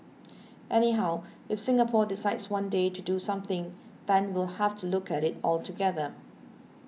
anyhow if Singapore decides one day to do something then we'll have to look at it altogether